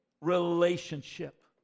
Relationship